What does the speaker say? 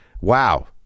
wow